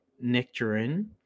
nectarine